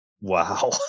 Wow